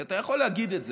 כי אתה יכול להגיד את זה,